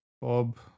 Bob